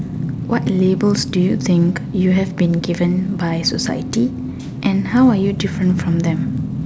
what labels do you think you have been given by society and how are you different from them